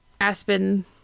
Aspen